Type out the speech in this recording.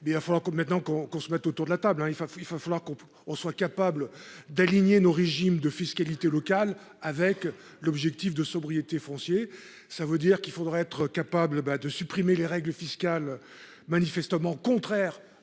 il va falloir que maintenant qu'on qu'on se mette autour de la table hein il va, il va falloir qu'on peut, on soit capable d'aligner nos régimes de fiscalité locale avec l'objectif de sobriété foncier. Ça veut dire qu'il faudrait être capable ben de supprimer les règles fiscales manifestement contraire